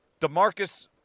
DeMarcus